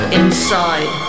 inside